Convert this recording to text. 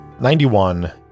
91